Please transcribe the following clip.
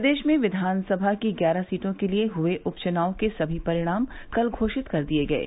प्रदेश में विधानसभा की ग्यारह सीटों के लिये हुए उप चुनाव के सभी परिणाम कल घोषित कर दिये गये